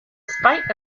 spite